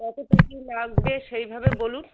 কতোটা কী লাগবে সেইভাবে বলুন